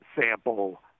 sample